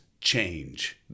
change